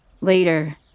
Later